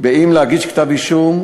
אם להגיש כתב אישום,